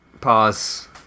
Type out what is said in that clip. pause